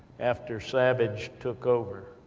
after savage took over.